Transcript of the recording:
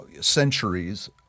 centuries